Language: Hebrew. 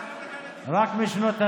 רק משנות השמונים.